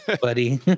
buddy